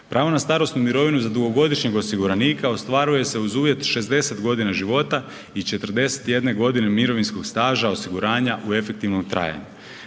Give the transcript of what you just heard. Pravo na starosnu mirovinu i za dugogodišnjeg osiguranika ostvaruje se uz uvjet 60.g. života i 41.g. mirovinskog staža, osiguranja u efektivnom trajanju.